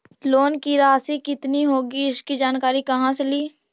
Loan की रासि कितनी होगी इसकी जानकारी कहा से ली?